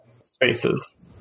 spaces